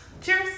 Cheers